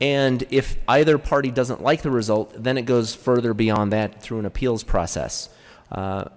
and if either party doesn't like the result then it goes for beyond that through an appeals process